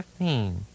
15